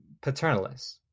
paternalist